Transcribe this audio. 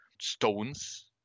stones